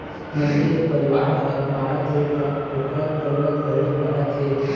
मनखे के परिवार ह बाढ़त हे त ओखर जरूरत घलोक बाढ़त हे